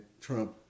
Trump